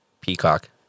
peacock